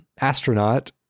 astronaut